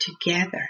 together